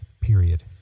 period